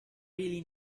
really